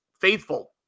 faithful